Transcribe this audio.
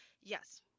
Yes